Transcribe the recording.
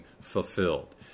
fulfilled